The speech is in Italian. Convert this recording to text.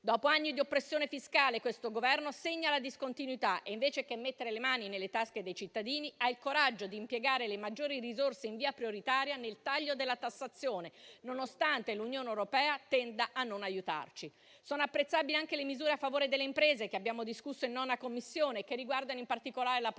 Dopo anni di oppressione fiscale questo Governo segna la discontinuità e, invece che mettere le mani nelle tasche dei cittadini, ha il coraggio di impiegare le maggiori risorse in via prioritaria nel taglio della tassazione, nonostante l'Unione europea tenda a non aiutarci. Sono apprezzabili anche le misure a favore delle imprese, che abbiamo discusso in 9a Commissione e che riguardano in particolare la proroga